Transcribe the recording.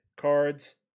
cards